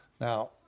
Now